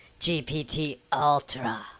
GPT-Ultra